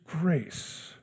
grace